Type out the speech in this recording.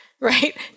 right